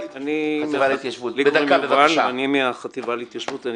לי קוראים יובל ואני מהחטיבה להתיישבות.